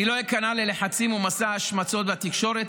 אני לא איכנע ללחצים ולמסע השמצות בתקשורת